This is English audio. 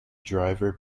driver